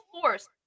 force